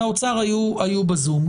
מהאוצר היו ב-זום.